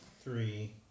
three